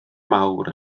mawr